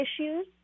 issues